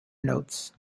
notes